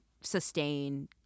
sustain